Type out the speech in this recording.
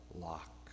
lock